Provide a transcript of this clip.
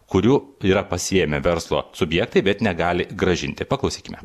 kurių yra pasiėmę verslo subjektai bet negali grąžinti paklausykime